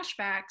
flashbacks